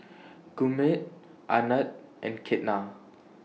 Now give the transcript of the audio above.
Gurmeet Anand and Ketna